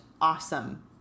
awesome